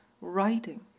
writing